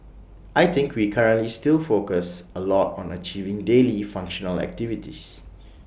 I think we currently still focus A lot on achieving daily functional activities